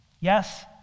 Yes